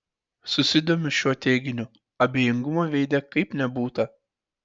susidomiu šiuo teiginiu abejingumo veide kaip nebūta